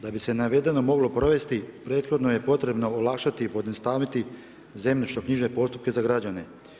Da bi se navedeno moglo provesti, prethodno je potrebo olakšati i pojednostavniti zemljišno knjižne postupke za građenje.